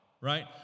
right